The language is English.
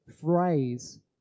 phrase